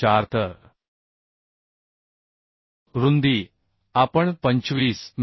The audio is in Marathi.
4 तर रुंदी आपण 25 मि